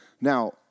Now